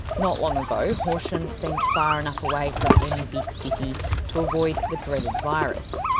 not long ago. horsham seemed far enough away from any big city to avoid the dreaded virus.